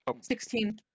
sixteen